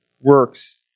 works